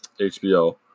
HBO